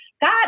God